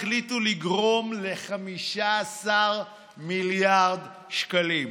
החליטו לגרום ל-15 מיליארד שקלים,